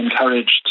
encouraged